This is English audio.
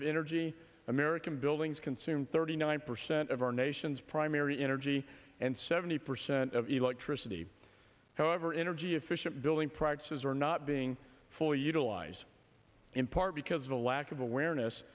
of energy american buildings consume thirty nine percent of our nation's primary energy and seventy percent of electricity however energy efficient building practices are not being fully utilized in part because of a lack of awareness